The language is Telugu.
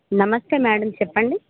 నమస్తే మేడమ్ చెప్పండి